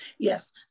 Yes